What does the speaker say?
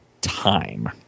time